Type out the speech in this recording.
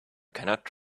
cannot